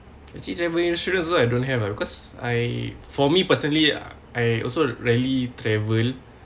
actually travel I also I don't have ah because I for me personally I also rarely travel